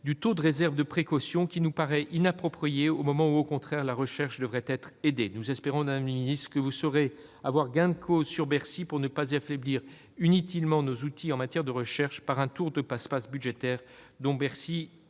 du taux de réserve de précaution, qui nous paraît inappropriée au moment où la recherche devrait au contraire être aidée. Nous espérons, madame la ministre, que vous aurez gain de cause auprès de Bercy pour ne pas affaiblir inutilement nos outils en matière de recherche par un tour de passe-passe budgétaire dont le